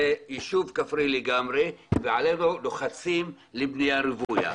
יישוב כפרי לגמרי ועליהם לוחצים לבנייה רוויה.